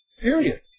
Period